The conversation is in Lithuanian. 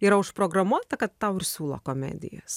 yra užprogramuota kad tau ir siūlo komedijas